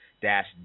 dash